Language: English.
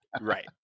right